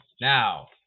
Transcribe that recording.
Now